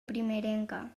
primerenca